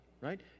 right